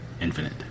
Infinite